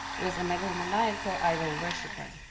was a megalomaniacal idol worshiper.